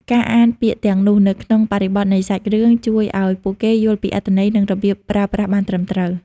ការអានពាក្យទាំងនោះនៅក្នុងបរិបទនៃសាច់រឿងជួយឲ្យពួកគេយល់ពីអត្ថន័យ និងរបៀបប្រើប្រាស់បានត្រឹមត្រូវ។